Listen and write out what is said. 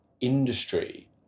industry